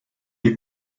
est